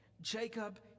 Jacob